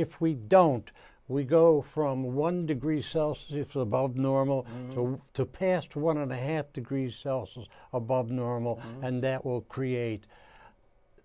if we don't we go from one degree celsius above normal to past one and a half to greece celsus above normal and that will create